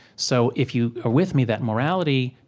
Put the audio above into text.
so if you are with me that morality,